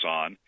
on